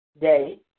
day